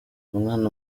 umwana